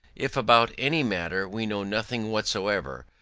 if about any matter we know nothing whatsoever,